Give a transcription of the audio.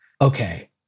okay